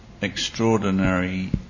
extraordinary